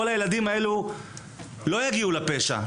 כל הילדים האלה לא יגיעו לפשע,